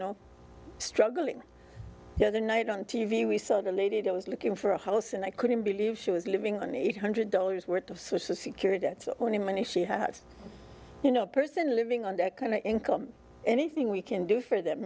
know struggling the other night on t v we saw the lady that was looking for a house and i couldn't believe she was living on eight hundred dollars worth of social security that's only money she had you know a person living on that kind of income anything we can do for th